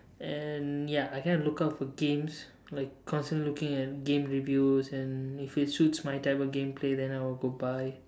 and ya I kind of look out for games like constantly looking at game review and if it suit's my game play then I will go buy